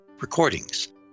recordings